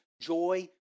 joy